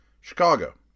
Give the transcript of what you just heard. Chicago